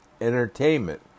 entertainment